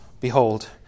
behold